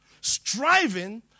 striving